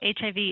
HIV